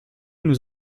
nous